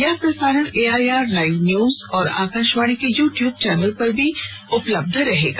यह प्रसारण AIR live news और आकाशवाणी के यू ट्चूब चैनल पर भी उपलब्ध रहेगा